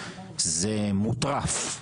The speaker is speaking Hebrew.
זה מוטרף.